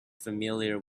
familiar